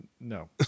No